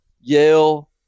Yale